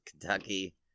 Kentucky